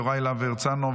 יוראי להב הרצנו,